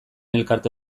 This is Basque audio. elkarte